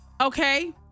Okay